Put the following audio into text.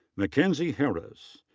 mackenzi harris.